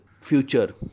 future